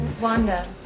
Wanda